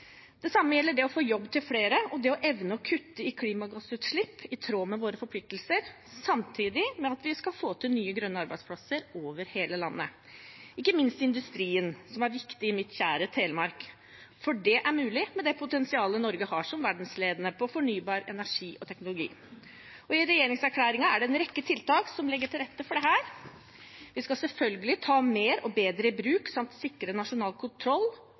Det samme gjelder det å få jobb til flere og det å evne å kutte i klimagassutslipp i tråd med våre forpliktelser samtidig med at vi skal få til nye grønne arbeidsplasser over hele landet – ikke minst i industrien, som er viktig i mitt kjære Telemark, for det er mulig med det potensialet Norge har som verdensledende på fornybar energi og teknologi. I regjeringserklæringen er det en rekke tiltak som legger til rette for dette. Vi skal selvfølgelig ta naturressursene våre mer og bedre i bruk samt sikre nasjonal kontroll